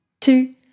two